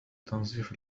تنظيف